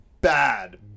bad